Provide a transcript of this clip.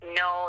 no